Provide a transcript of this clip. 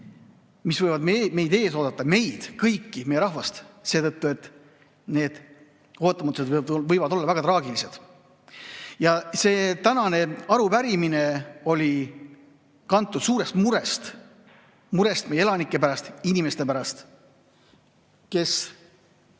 mis võivad meid ees oodata, meid kõiki, meie rahvast, seetõttu, et need ootamatused võivad olla väga traagilised. See tänane arupärimine oli kantud suurest murest, murest meie elanike pärast, inimeste pärast, kes